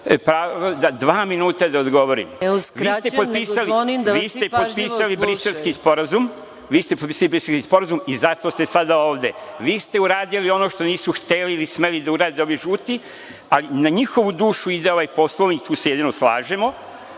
Vukadinović** Vi ste potpisali Briselski sporazum i zato ste sada ovde. Vi ste uradili ono što nisu hteli ili smeli da urade ovi žuti. Na njihovu dušu ide ovaj Poslovnik. Tu se jedino slažemo